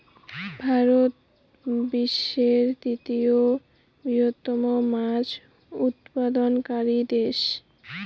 ভারত বিশ্বের তৃতীয় বৃহত্তম মাছ উৎপাদনকারী দেশ